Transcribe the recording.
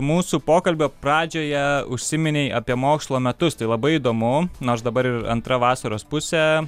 mūsų pokalbio pradžioje užsiminei apie mokslo metus tai labai įdomu nors dabar ir antra vasaros pusė